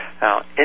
Now